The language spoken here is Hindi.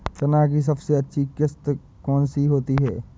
चना की सबसे अच्छी उपज किश्त कौन सी होती है?